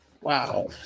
Wow